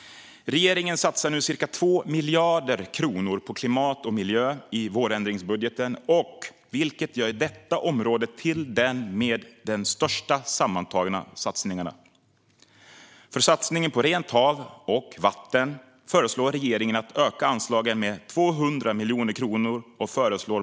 Regeringen satsar nu ca 2 miljarder kronor på klimat och miljö i vårändringsbudgeten, vilket gör detta område till den största sammantagna satsningen. För satsningen på rent hav och vatten föreslår regeringen att man ska öka anslagen med 200 miljoner kronor.